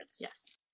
Yes